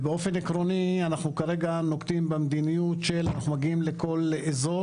באופן עקרוני אנחנו כרגע נוקטים במדיניות של אנחנו מגיעים לכל אזור.